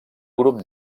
grup